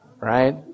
right